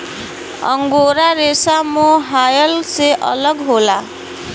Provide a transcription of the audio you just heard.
angora रेसा mohair से अलग होला